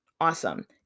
Awesome